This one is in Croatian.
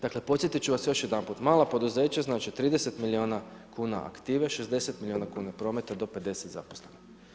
Dakle podsjetit ću vas još jedanput, mala poduzeća znači 30 milijuna kuna aktive, 60 milijuna kuna prometa do 50 zaposlenih.